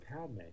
Padme